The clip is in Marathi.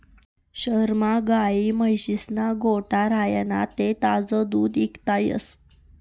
शहरमा गायी म्हशीस्ना गोठा राह्यना ते ताजं दूध इकता येस